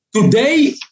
Today